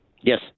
yes